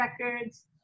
records